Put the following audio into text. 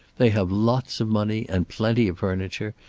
they have lots of money, and plenty of furniture,